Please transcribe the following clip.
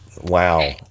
Wow